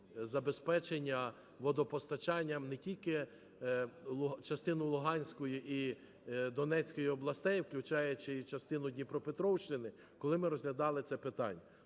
забезпечення водопостачанням не тільки частину Луганської і Донецької областей, включаючи й частину Дніпропетровщини, коли ми розглядали це питання.